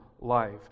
life